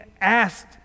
asked